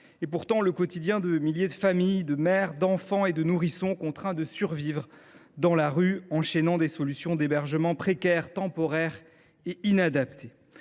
est pourtant le quotidien de milliers de familles, de mères, d’enfants et de nourrissons, contraints de survivre dans la rue, enchaînant des solutions d’hébergement précaires, temporaires et inadaptées.